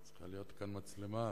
צריכה להיות כאן מצלמה.